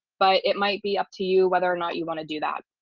but it might be up to you whether or not you want to do that.